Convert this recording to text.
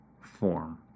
form